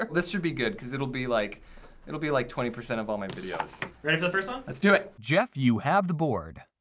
like this should be good, cause it'll be like it'll be like twenty percent of all my videos. ready for the first one? let's do it. jeff, you have the board.